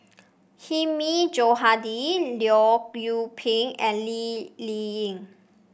Hilmi Johandi Leong Yoon Pin and Lee Ling Yen